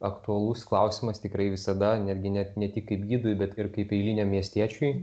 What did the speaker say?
aktualus klausimas tikrai visada netgi net ne tik kaip gidui bet ir kaip eiliniam miestiečiui